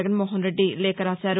జగన్మోహన్రెడ్డి లేఖ రాశారు